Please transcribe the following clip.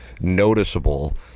noticeable